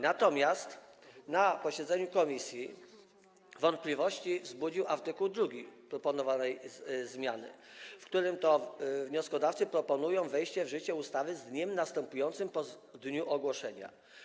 Natomiast na posiedzeniu komisji wątpliwości wzbudził art. 2 proponowanej zmiany, w którym wnioskodawcy proponują wejście w życie ustawy z dniem następującym po dniu ogłoszenia.